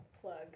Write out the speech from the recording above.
Plug